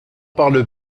parle